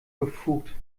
befugt